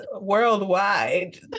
worldwide